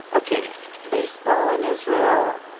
ok, baseball in israel,